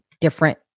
different